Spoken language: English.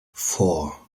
four